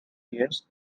years